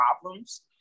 problems